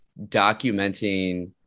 documenting